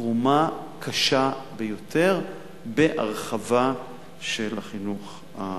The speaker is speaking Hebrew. תרומה קשה ביותר בהרחבה של החינוך הפרטי,